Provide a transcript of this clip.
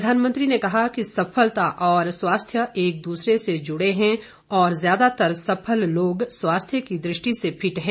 प्रधानमंत्री ने कहा कि सफलता और स्वास्थ्य एक दूसरे से जुड़े हैं और ज्यादातर सफल लोग स्वास्थ्य की दृष्टि से फिट हैं